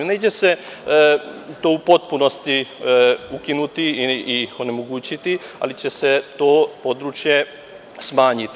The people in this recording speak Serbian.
Negde će se to u potpunosti ukinuti i onemogućiti, ali će se to područje smanjiti.